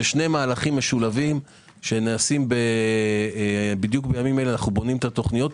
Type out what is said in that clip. זה שני מהלכים משולבים שנעשים - בדיוק בימים אלה אנו בונים את התוכניות.